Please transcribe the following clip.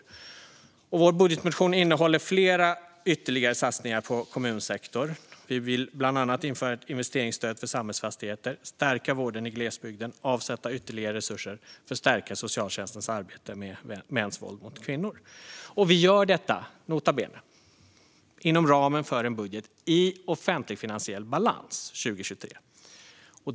Vår budgetmotion innehåller flera ytterligare satsningar på kommunsektorn. Vi vill bland annat införa ett investeringsstöd för samhällsfastigheter, stärka vården i glesbygden och avsätta ytterligare resurser för att stärka socialtjänstens arbete med mäns våld mot kvinnor. Vi gör detta, nota bene, inom ramen för en budget i offentligfinansiell balans 2023.